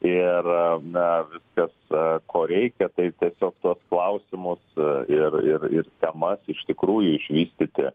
ir na viskas ko reikia tai tiesiog tuos klausimus ir ir ir temas iš tikrųjų išvystyti